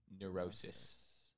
neurosis